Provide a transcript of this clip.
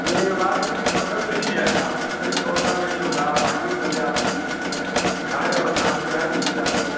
नहीं हमारे ठीक बगल में ही है आपको कहीं दौड़ना नहीं होगा आप आइए पहले आपको दिख दिखाएँ और जाँच कराएँ जिससे आपको